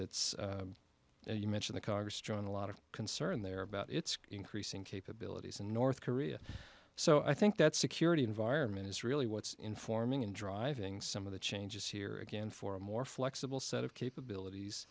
that you mention the congress john a lot of concern there about its increasing capabilities in north korea so i think that security environment is really what's informing and driving some of the changes here again for a more flexible set of capabilities